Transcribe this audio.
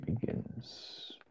begins